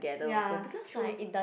ya true